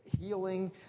healing